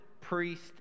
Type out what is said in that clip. Priest